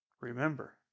Remember